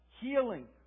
healing